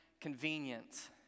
convenience